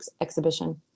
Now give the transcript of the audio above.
exhibition